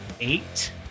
eight